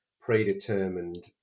predetermined